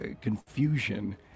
confusion